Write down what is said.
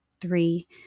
three